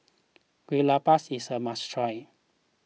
Kue Lupis is a must try